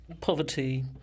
poverty